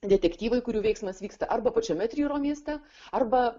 detektyvai kurių veiksmas vyksta arba pačiame tryro mieste arba